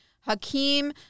Hakeem